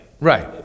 Right